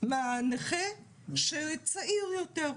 מהנכה הצעיר יותר.